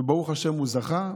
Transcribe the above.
וברוך השם, הוא זכה.